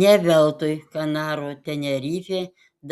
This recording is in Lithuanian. ne veltui kanarų tenerifė